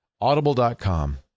Audible.com